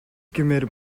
гэмээр